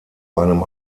einem